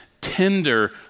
tender